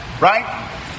right